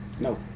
No